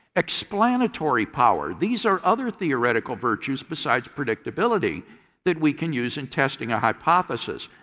explanatory power these are other theoretical virtues besides predictability that we can use in testing a hypothesis.